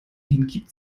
hingibt